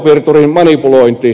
ajopiirturin manipulointi